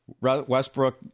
Westbrook